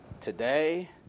today